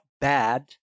bad